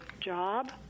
job